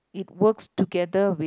it works together with